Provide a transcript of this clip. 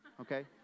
Okay